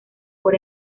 por